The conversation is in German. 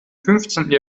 fünfzehnten